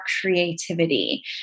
creativity